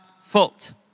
fault